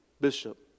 Bishop